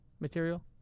material